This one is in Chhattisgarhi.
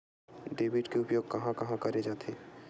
डेबिट के उपयोग कहां कहा करे जाथे?